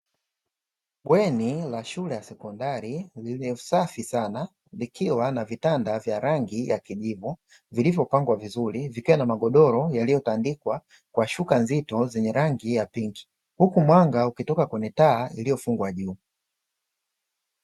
Bweni la shule ya sekondari lililo safi sana likiwa na vitanda vya rangi ya kijivu, vilivyopangwa vizuri vikiwa na magodoro yaliyotandikwa kwa shuka nzito zenye rangi ya pinki, huku mwanga ukitoka kwenye taa iliyofungwa juu.